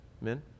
men